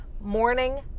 Morning